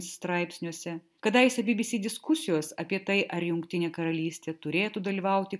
straipsniuose kadaise bbc diskusijos apie tai ar jungtinė karalystė turėtų dalyvauti